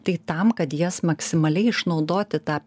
tai tam kad jas maksimaliai išnaudoti tą